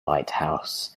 lighthouse